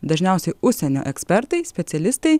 dažniausiai užsienio ekspertai specialistai